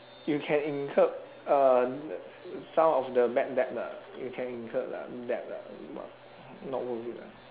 you can incur uh some of the debt debt lah you can incur lah debt lah not not worth it lah